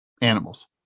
animals